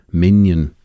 minion